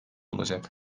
olacak